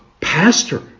Pastor